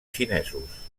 xinesos